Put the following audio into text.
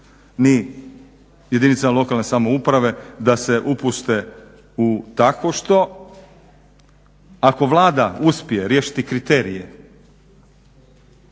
ni jedinicama lokalne samouprave da se upuste u takvo što. Ako Vlada uspije riješiti kriterije,